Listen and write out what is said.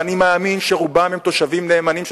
ואני מאמין שרובם תושבים נאמנים של